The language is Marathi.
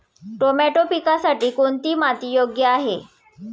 टोमॅटो पिकासाठी कोणती माती योग्य आहे?